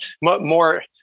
more